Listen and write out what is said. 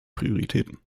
prioritäten